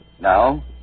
Now